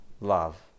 Love